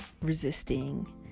resisting